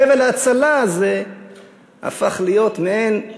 חבל ההצלה הזה הפך להיות מעין כביכול,